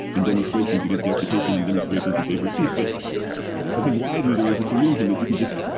and demonstrations against the occupation, and demonstrations in favor of peace but i think widely, there was this illusion that you could just,